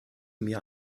mir